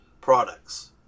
products